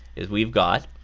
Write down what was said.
is we've got